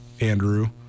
Andrew